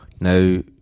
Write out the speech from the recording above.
Now